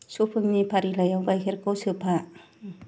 सपिंनि फारिलाइआव गायखेरखौ सोफा